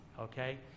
okay